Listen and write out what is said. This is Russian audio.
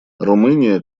румыния